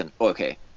okay